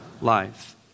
life